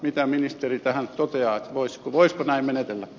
mitä ministeri tähän toteaa voisiko näin menetellä